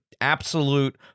absolute